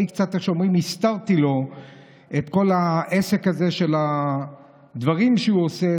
אני קצת הזכרתי לו את כל העסק הזה של הדברים שהוא עושה.